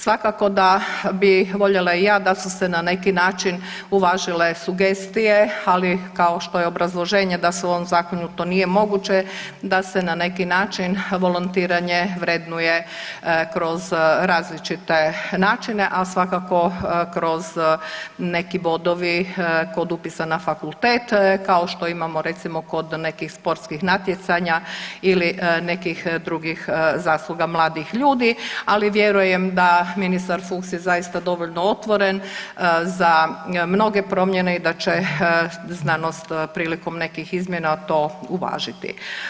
Svakako da bi voljela i ja da su se na neki način uvažile sugestije, ali kao što je obrazloženje da se u ovom Zakonu to nije moguće da se na neki način volontiranje vrednuje kroz različite načine, ali svakako kroz neki bodovi kod upisa na fakultet, kao što imamo, recimo kod nekih sportskih natjecanja ili nekih drugih zasluga mladih ljudi, ali vjerujem da ministar Fuchs je zaista dovoljno otvoren za mnoge promjene i da će znanost prilikom nekih izmjena to uvažiti.